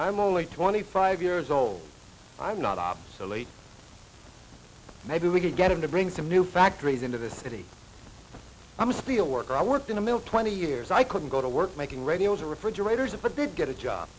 i'm only twenty five years old i'm not obsolete maybe we could get him to bring some new factories into the city i'm a spiel worker i worked in a mill twenty years i couldn't go to work making radios or refrigerators but did get a job